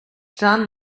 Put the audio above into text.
john